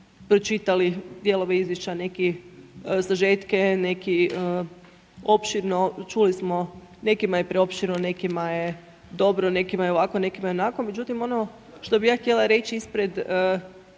pročitali dijelove izvješća, neki sažetke, neki opširno, čuli smo, nekima je preopširno, nekima je dobro, nekima je ovako, nekima je onako, međutim ono što bih ja htjela reći ispred